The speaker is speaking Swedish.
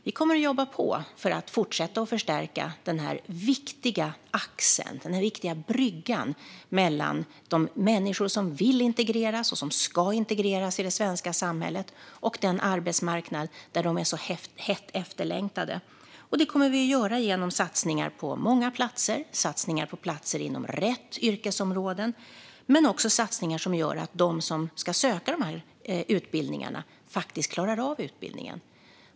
Vi kommer att jobba på för att fortsätta förstärka denna viktiga axel, denna viktiga brygga mellan de människor som vill integreras och som ska integreras i det svenska samhället och den arbetsmarknad där de är så hett efterlängtade. Det kommer vi att göra genom satsningar på många platser, satsningar på platser inom rätt yrkesområden men också satsningar som gör att de som ska söka dessa utbildningar faktiskt klarar av utbildningen.